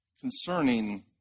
concerning